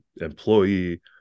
employee